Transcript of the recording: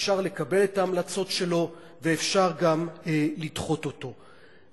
אפשר לקבל את ההמלצות שלו ואפשר גם לדחות אותן.